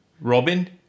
Robin